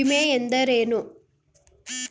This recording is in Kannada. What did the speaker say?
ವಿಮೆ ಎಂದರೇನು?